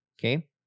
Okay